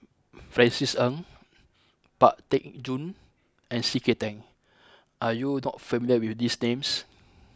Francis Ng Pang Teck Joon and C K Tang are you not familiar with these names